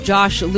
Josh